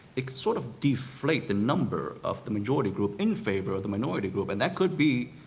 it sort of deflates the number of the majority group in favor of the minority group, and that could be,